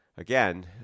Again